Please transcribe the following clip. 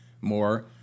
more